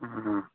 हां